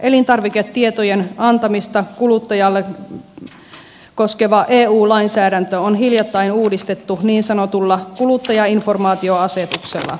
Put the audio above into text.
elintarviketietojen antamista kuluttajalle koskeva eu lainsäädäntö on hiljattain uudistettu niin sanotulla kuluttajainformaatioasetuksella